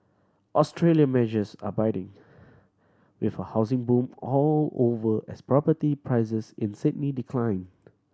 Australia measures are biting with a housing boom all over as property prices in Sydney decline